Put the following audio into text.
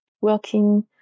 working